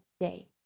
day